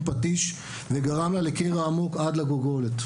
פטיש וגרם לה לקרע עמוק עד הגולגולת.